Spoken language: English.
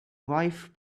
wife